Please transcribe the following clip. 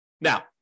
Now